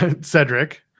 Cedric